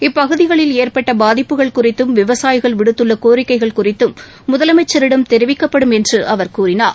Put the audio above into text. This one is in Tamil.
இப்பகுதிகளில் ஏற்பட்ட பாதிப்புகள் குறித்தும் விவசாயிகள் விடுத்துள்ள கோரிக்கைகள் குறித்தும் முதலமைச்சரிடம் தெரிவிக்கப்படும் என்று அவர் கூறினார்